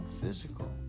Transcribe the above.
physical